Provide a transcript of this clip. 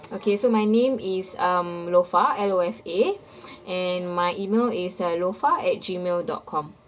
okay so my name is um lofa L O F A and my email is uh lofa at gmail dot com